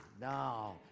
No